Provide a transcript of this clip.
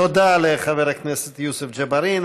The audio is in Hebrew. תודה לחבר הכנסת יוסף ג'בארין.